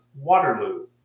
Waterloo